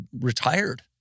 retired